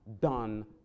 done